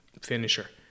finisher